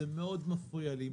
זה מאוד מפריע לי,